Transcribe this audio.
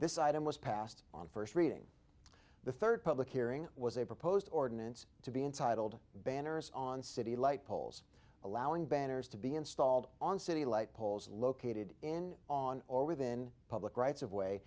this item was passed on first reading the third public hearing was a proposed ordinance to be entitled banners on city light poles allowing banners to be installed on city light poles located in on or within public rights of way